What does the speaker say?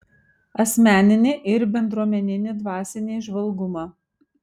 asmeninį ir bendruomeninį dvasinį įžvalgumą